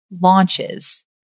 launches